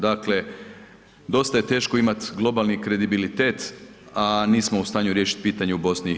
Dakle, dosta je teško imati globalni kredibilitet, a nismo u stanju riješiti pitanje u BiH.